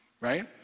right